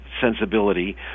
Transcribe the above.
sensibility